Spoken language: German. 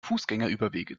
fußgängerüberwege